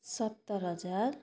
सत्तर हजार